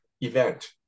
event